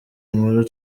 inkuru